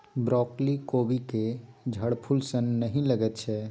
broccoli कोबीक झड़फूल सन नहि लगैत छै